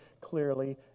clearly